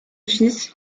fils